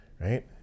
Right